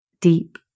deep